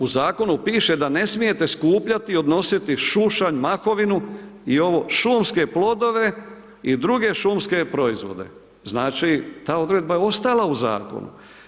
U zakonu piše da ne smijete skupljati, odnositi šušanj, mahovinu i ovo šumske plodove i druge šumske proizvode, znači, ta odredba je ostala u zakonu.